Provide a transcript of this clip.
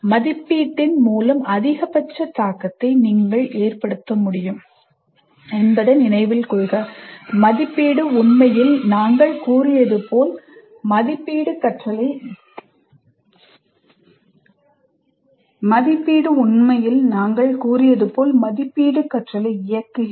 மதிப்பீட்டின் மூலம் அதிகபட்ச தாக்கத்தை ஏற்படுத்த முடியும் என்பதை நினைவில் கொள்க மதிப்பீடு உண்மையில் நாங்கள் கூறியது போல் 'மதிப்பீடு கற்றலை இயக்குகிறது